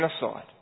genocide